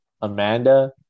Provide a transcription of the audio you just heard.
Amanda